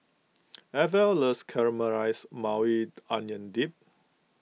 Arvel loves Caramelized Maui Onion Dip